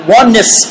oneness